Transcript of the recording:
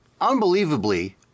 unbelievably